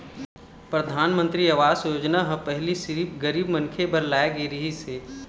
परधानमंतरी आवास योजना ह पहिली सिरिफ गरीब मनखे बर लाए गे रहिस हे